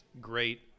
great